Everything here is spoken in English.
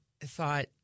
thought